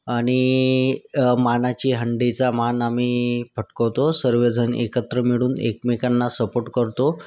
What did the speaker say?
आणि मानाची हंडीचा मान आम्ही पटकावतो सर्वजण एकत्र मिळून एकमेकांना सपोट करतो